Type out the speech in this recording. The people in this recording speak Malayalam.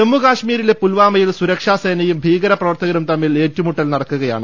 ജമ്മു ക ശ് മീ രിലെ പുൽവാ മ യിൽ സുര ക്ഷാ സേനയും ഭീകരപ്രവർത്തകരും തമ്മിൽ ഏറ്റുമുട്ടൽ നടക്കുകയാണ്